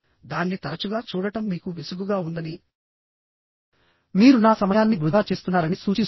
దాన్ని తరచుగా చూడటం మీకు విసుగుగా ఉందని మీరు నా సమయాన్ని వృధా చేస్తున్నారని సూచిస్తుంది